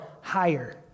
higher